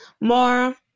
more